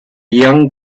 young